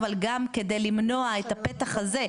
אבל גם כדי למנוע את הפתח הזה,